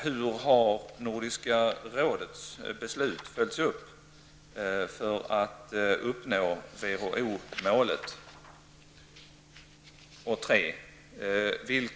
Hur har Nordiska rådets beslut följts upp för att uppnå WHO-målet?